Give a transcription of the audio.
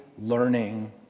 learning